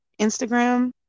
Instagram